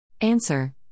Answer